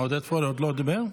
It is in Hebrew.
עודד פורר עוד לא דיבר?